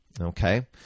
Okay